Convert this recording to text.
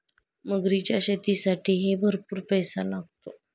मगरीच्या शेतीसाठीही भरपूर पैसा लागतो